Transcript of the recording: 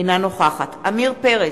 אינה נוכחת עמיר פרץ,